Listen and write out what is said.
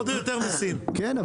כן,